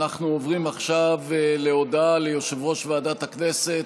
אנחנו עוברים עכשיו להודעה של יושב-ראש ועדת הכנסת.